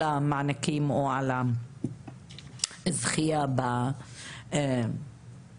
המענקים או על הזכייה באות.